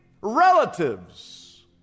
relatives